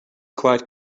quite